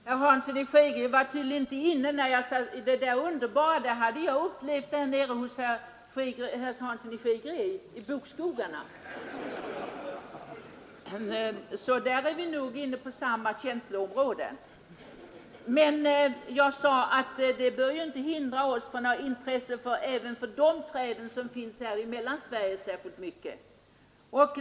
Fru talman! Herr Hansson i Skegrie var tydligen inte inne när jag sade att det där underbara hade jag upplevt nere hos herr Hansson, i bokskogen. Så vi är nog inne på samma känsloområde, men jag sade också att det bör inte hindra oss från att visa intresse även för träd som finns särskilt mycket här i Mellansverige.